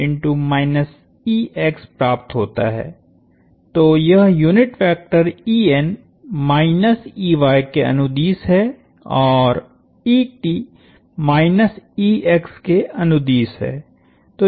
तो यह unit vector के अनुदिश है और के अनुदिश है